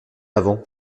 avant